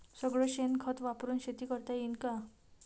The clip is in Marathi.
सगळं शेन खत वापरुन शेती करता येईन का?